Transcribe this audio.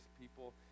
people